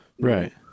right